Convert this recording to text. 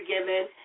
forgiven